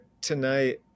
tonight